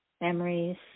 memories